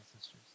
sisters